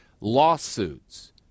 Lawsuits